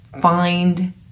find